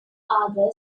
arbor